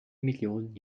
millionen